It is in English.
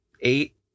eight